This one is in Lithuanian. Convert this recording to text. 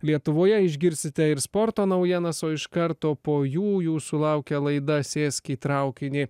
lietuvoje išgirsite ir sporto naujienas o iš karto po jų jūsų laukia laida sėsk į traukinį